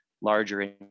larger